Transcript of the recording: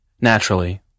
Naturally